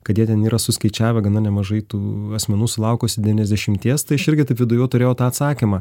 kad jie ten yra suskaičiavę gana nemažai tų asmenų sulaukusi devyniasdešimties tai aš irgi taip viduje jau turėjau tą atsakymą